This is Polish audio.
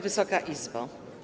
Wysoka Izbo!